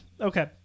Okay